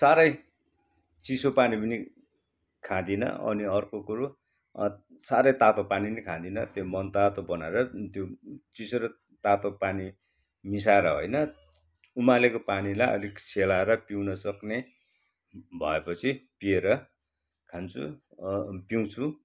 साह्रै चिसो पानी पनि खाँदिन अनि अर्को कुरो साह्रै तातो पानी पनि खाँदिन त्यो मन तातो बनाएर त्यो चिसो र तातो पानी मिसाएर होइन उमालेको पानीलाई अलिक सेलाएर पिउन सक्ने भएपछि पिएर खान्छु पिउँछु